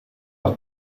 leur